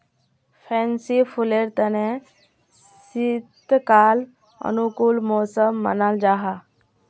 fancy फुलेर तने शीतकाल अनुकूल मौसम मानाल जाहा